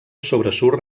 sobresurt